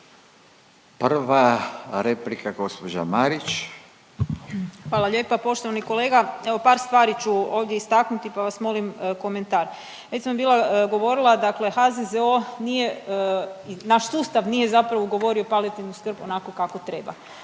**Marić, Andreja (SDP)** Hvala lijepa. Poštovani kolega, evo par stvari ću ovdje istaknuti pa vas molim komentar. Već sam bila govorila, dakle HZZO nije, naš sustav nije zapravo ugovorio palijativnu skrb onako kako treba.